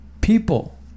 People